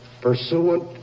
pursuant